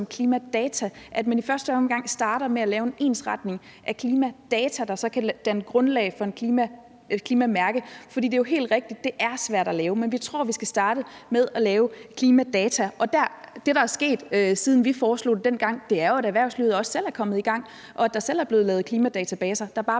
klimadata, så man i første omgang starter med at lave en ensretning af klimadata, der så kan danne grundlag for et klimamærke. Det er jo helt rigtigt, at det er svært at lave det, men vi tror, at vi skal starte med klimadata. Og det, der er sket, siden vi foreslog det, er, at erhvervslivet selv er kommet i gang og selv har lavet klimadatabaser. Der er